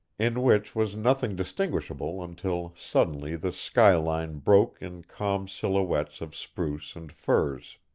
in which was nothing distinguishable until suddenly the sky-line broke in calm silhouettes of spruce and firs.